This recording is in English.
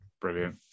Brilliant